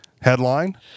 Headline